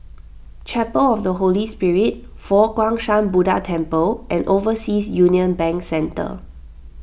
Chapel of the Holy Spirit Fo Guang Shan Buddha Temple and Overseas Union Bank Centre